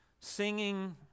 singing